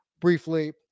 briefly